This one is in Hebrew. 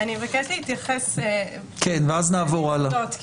אבקש להתייחס לשתי נקודות.